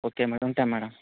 okay madam ఉంటాను madam